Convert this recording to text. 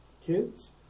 kids